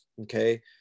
Okay